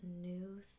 new